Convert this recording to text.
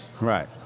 Right